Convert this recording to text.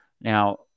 Now